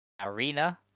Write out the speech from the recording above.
Arena